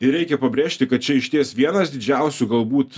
ir reikia pabrėžti kad čia išties vienas didžiausių galbūt